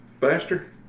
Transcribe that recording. Faster